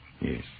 Yes